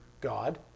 God